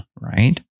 right